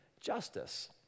justice